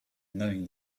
knowing